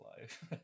life